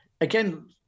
Again